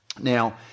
now